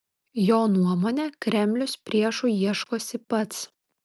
jo nuomone kremlius priešų ieškosi pats